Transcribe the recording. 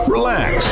Relax